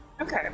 Okay